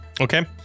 Okay